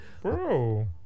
Bro